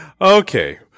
okay